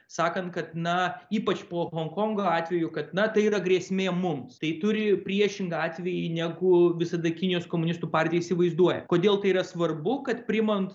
sakant kad na ypač po honkongo atvejų kad na tai yra grėsmė mums tai turi priešingą atvejį negu visada kinijos komunistų partija įsivaizduoja kodėl tai yra svarbu kad priimant